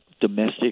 domestic